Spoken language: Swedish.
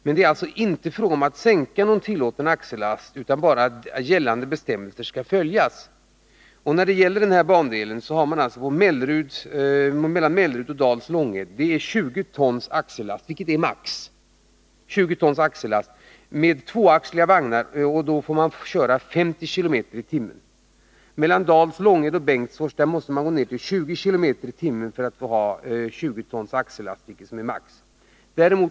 Det är alltså inte fråga om att sänka den tillåtna axellasten utan bara att gällande bestämmelser skall följas. Beträffande den här bandelen är högsta tillåtna axellast mellan Mellerud och Dals Långed 20 ton, vilket är max. för tvåaxliga vagnar, och då får man köra 50 km per timme. Mellan Dals Långed och Bengtsfors måste man gå ned till 20 km per timme för att få ha 20 tons axellast, vilket är max.